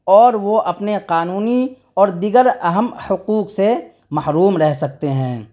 اور وہ اپنے قانونی اور دیگر اہم حقوق سے محروم رہ سکتے ہیں